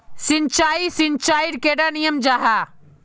सिंचाई सिंचाईर कैडा नियम जाहा?